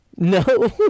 No